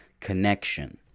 connection